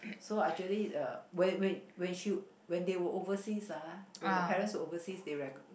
so actually uh when when when she when they were overseas ah when the parents overseas they re~